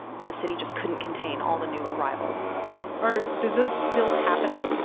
and the city just couldn't contain all the new arrivals are the dzuds still happening?